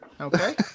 Okay